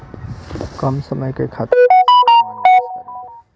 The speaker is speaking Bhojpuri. कम समय खातिर के पैसा कहवा निवेश करि?